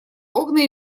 окна